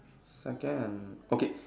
second okay